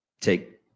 Take